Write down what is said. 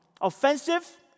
offensive